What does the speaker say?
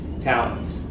talents